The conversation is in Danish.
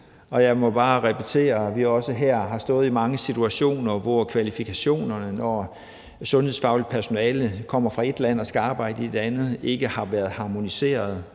jeg må bare repetere, at vi også her har stået i mange situationer, hvor kvalifikationerne, når sundhedsfagligt personale kommer fra ét land og skal arbejde i et andet, ikke har været harmoniseret,